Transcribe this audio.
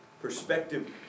Perspective